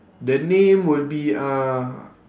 the name would be uh